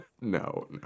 no